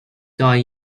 die